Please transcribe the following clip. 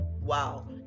wow